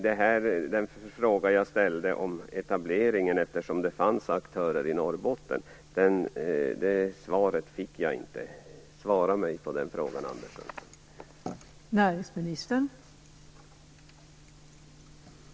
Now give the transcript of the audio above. Den fråga jag ställde om etableringen, eftersom det finns aktörer i Norrbotten, har jag inte fått svar på. Svara mig på den frågan, Anders Sundström!